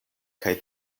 kaj